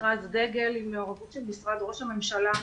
מכרז דגל עם מעורבות של משרד ראש הממשלה,